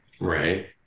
Right